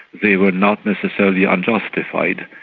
they were not necessarily unjustified,